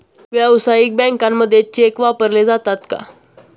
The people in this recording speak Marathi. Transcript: व्यावसायिक बँकांमध्ये चेक वापरले जातात का?